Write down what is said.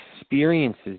experiences